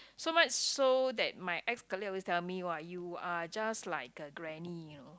so much so that my ex colleague always telling me !wah! you are just like a granny you know